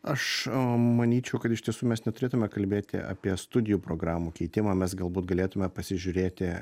aš manyčiau kad iš tiesų mes neturėtume kalbėti apie studijų programų keitimą mes galbūt galėtume pasižiūrėti